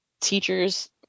teachers